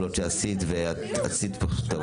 אתם יודעים למה?